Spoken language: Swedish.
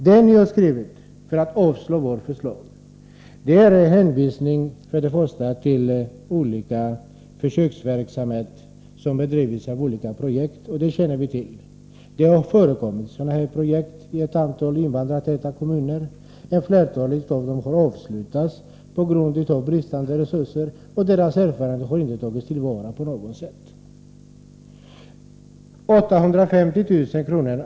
Det ni har skrivit för att avstyrka vårt förslag är en hänvisning till olika försöksverksamheter som bedrivits i olika projekt, och det känner vi till. Det har förekommit sådana projekt i ett antal invandrartäta kommuner, och de flesta av dem har avslutats på grund av brist på resurser, och deras erfarenheter har inte tagits till vara på något sätt. 850 000 kr.